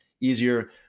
easier